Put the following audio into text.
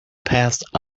past